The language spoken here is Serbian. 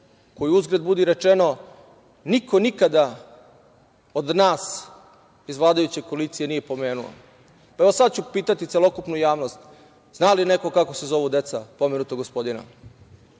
koju, uzgred budi rečeno, niko nikada od nas iz vladajuće koalicije nije pomenuo. Evo, sad ću pitati celokupnu javnost, zna li neko kako se zovu deca pomenutog gospodina?